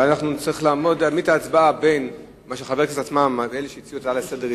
ואז נצטרך להעמיד את ההצבעה בין מה שחברי הכנסת שהעלו לסדר,